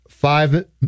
Five